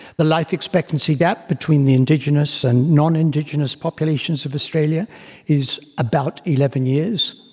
the life expectancy gap between the indigenous and non-indigenous populations of australia is about eleven years.